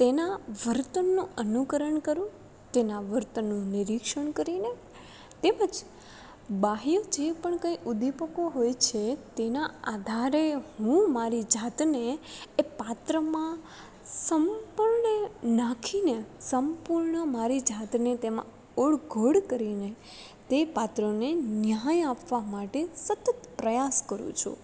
તેનાં વર્તનનો અનુકરણ કરું તેનાં વર્તનનું નિરીક્ષણ કરીને તેમજ બાહ્ય જે પણ ઉદ્દીપકો હોય છે તેના આધારે હું મારી જાતને એ પાત્રમાં સંપૂર્ણ નાખીને સંપૂર્ણ મારી જાતને તેમાં ઓળઘોળ કરીને તે પાત્રને ન્યાય આપવા માટે સતત પ્રયાસ કરું છું